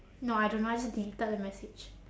no I don't know I just deleted the message